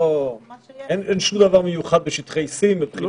אין שום דבר מיוחד בשטחי C מהבחינה הזו.